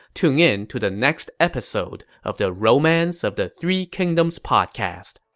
tune in to the next episode of the romance of the three kingdoms podcast.